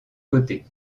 côtés